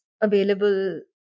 available